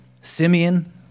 Simeon